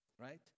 right